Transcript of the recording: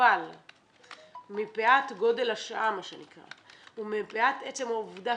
אבל מפאת גודל השעה ומפאת עצם העובדה